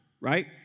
right